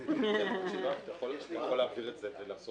(הישיבה נפסקה בשעה